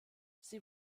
sie